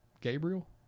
Gabriel